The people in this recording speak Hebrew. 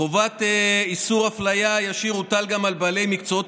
חובת איסור אפליה ישיר הוטל גם על בעלי מקצועות